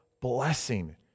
blessing